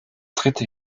dritte